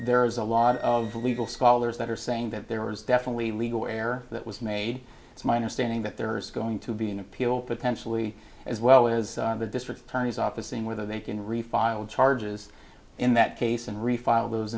there's a lot of legal scholars that are saying that there was definitely a legal error that was made it's my understanding that there is going to be an appeal potentially as well as the district attorney's office in whether they can refile charges in that case and refile